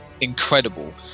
incredible